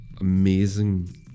amazing